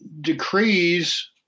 decrees